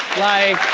like,